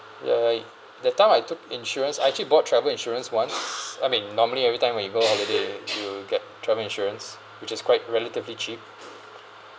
ya I that time I took insurance I actually bought travel insurance once I mean normally every time when you go holiday you get travel insurance which is quite relatively cheap